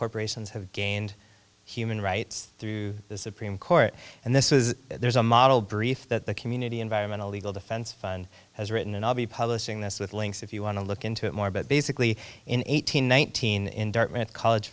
corporations have gained human rights through the supreme court and this is there's a model brief that the community environmental legal defense fund has written and i'll be publishing this with links if you want to look into it more but basically in eight hundred nineteen indictment college